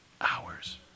Hours